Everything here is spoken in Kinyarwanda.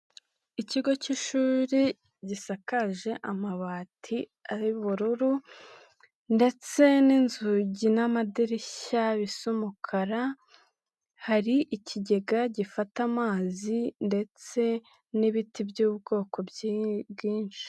Ikigo k'ishuri gisakaje amabati ay'ubururu ndetse n'inzugi n'amadirishya bisa umukara, hari ikigega gifata amazi ndetse n'ibiti by'ubwoko bwinshi.